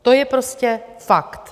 To je prostě fakt.